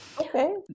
Okay